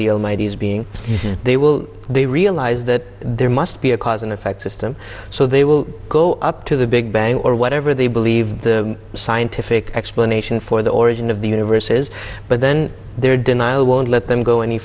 the almighty is being they will they realize that there must be a cause and effect system so they will go up to the big bang or whatever they believe the scientific explanation for the origin of the universe is but then their denial won't let them go any